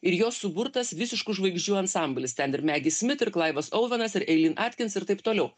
ir jo suburtas visiškų žvaigždžių ansamblis ten ir megi smit ir klaivas ouvenas ir eilyn atkins ir taip toliau